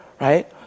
right